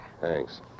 Thanks